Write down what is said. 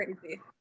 crazy